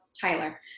Tyler